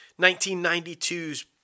1992's